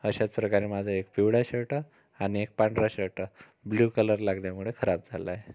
अशाचप्रकारे माझं एक पिवळा शर्ट आणि एक पांढरा शर्ट ब्ल्यु कलर लागल्यामुळे खराब झाला आहे